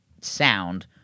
sound